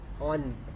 on